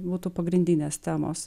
būtų pagrindinės temos